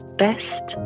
best